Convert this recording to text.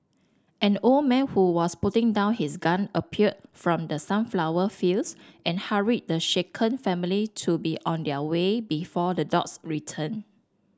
an old man who was putting down his gun appeared from the sunflower fields and hurried the shaken family to be on their way before the dogs return